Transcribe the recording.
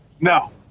No